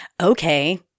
okay